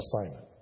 assignment